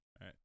right